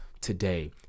today